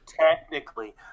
technically